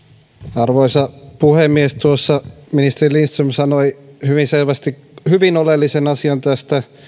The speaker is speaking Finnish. arvoisa puhemies tuossa ministeri lindström sanoi hyvin selvästi hyvin oleellisen asian tästä